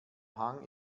hang